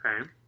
Okay